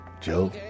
Joe